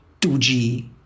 2G